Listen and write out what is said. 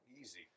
Easy